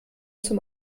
zum